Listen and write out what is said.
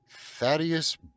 Thaddeus